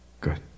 good